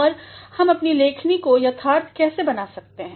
अब हम अपनी लेखन को यथार्थ कैसे बना सकते हैं